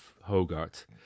Hogarth